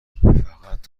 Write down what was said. فقط